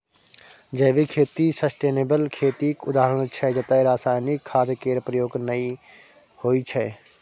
जैविक खेती सस्टेनेबल खेतीक उदाहरण छै जतय रासायनिक खाद केर प्रयोग नहि होइ छै